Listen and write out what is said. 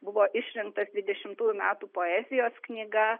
buvo išrinktas dvidešimtųjų metų poezijos knyga